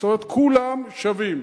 זאת אומרת, כולם שווים.